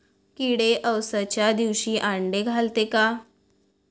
किडे अवसच्या दिवशी आंडे घालते का?